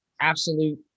absolute